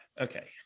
okay